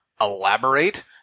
elaborate